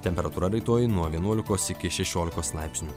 temperatūra rytoj nuo vienuolikos iki šešiolikos laipsnių